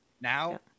Now